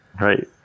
Right